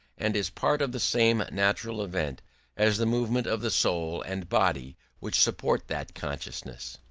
and is part of the same natural event as the movement of the soul and body which supports that consciousness.